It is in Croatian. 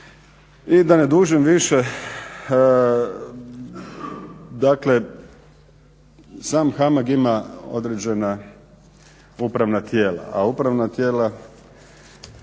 I da ne dužim više, dakle sam HAMAG ima određena upravna tijela a upravna tijela